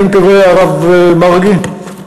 אני מקווה, הרב מרגי,